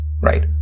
right